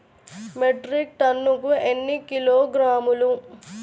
Metric టన్నుకు ఎన్ని కిలోగ్రాములు?